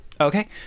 Okay